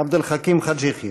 עבד אל חכים חאג' יחיא.